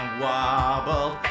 wobble